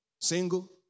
single